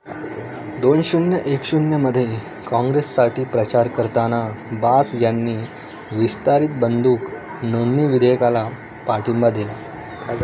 दोन शून्य एक शून्यमधे काँग्रेससाठी प्रचार करताना बास यांनी विस्तारित बंदूक नोंदणी विधेयकाला पाठिंबा दिला